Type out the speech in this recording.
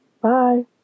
bye